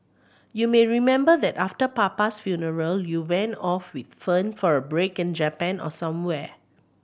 you may remember that after papa's funeral you went off with Fern for a break in Japan or somewhere